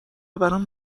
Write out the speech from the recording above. برام